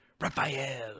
Raphael